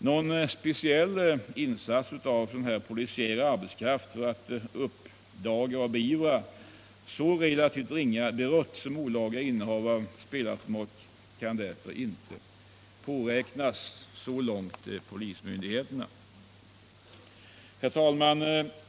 Någon speciell insats av polisiär arbetskraft för att uppdaga och beivra så relativt ringa brott som olaga innehav av spelautomat kan därför inte påräknas. Så långt polismyndigheterna.